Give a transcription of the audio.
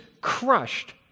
crushed